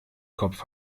kopf